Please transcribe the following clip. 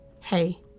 Hey